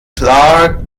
clarke